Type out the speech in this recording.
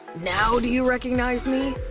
now do you recognize me?